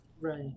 Right